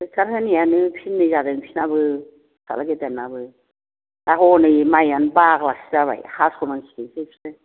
tractor होनायानो फिननै जादों बिसोरनाबो फिसाज्ला गेदेरनाबो दा हनै माइयानो बाग्लासो जाबाय हास'नांसिगोनसो बिसोरो